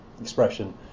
expression